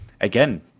again